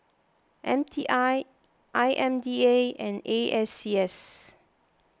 M T I I M D A and A S C S